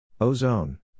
Ozone